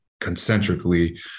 concentrically